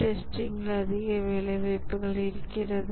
டெஸ்டிங்கில் அதிக வேலை வாய்ப்புகள் இருக்கிறது